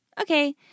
Okay